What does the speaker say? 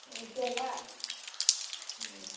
ஓகேங்களா ம்